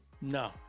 No